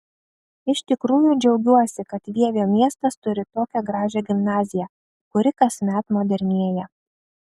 iš tikrųjų džiaugiuosi kad vievio miestas turi tokią gražią gimnaziją kuri kasmet modernėja